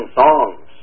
songs